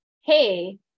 hey